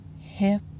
hip